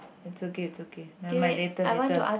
it's okay it's okay never mind later later